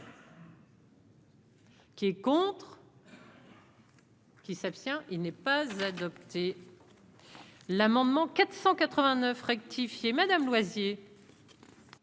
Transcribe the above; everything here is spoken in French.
Qui est contre. Qui s'abstient, il n'est pas adopté l'amendement 489 rectifié, madame Loisier.